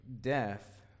death